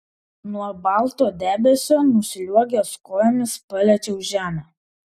nuo balto debesio nusliuogęs kojomis paliečiau žemę